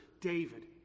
David